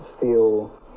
feel